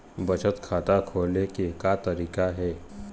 बचत खाता खोले के का तरीका हे?